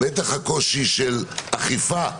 בטח הקושי של אכיפה,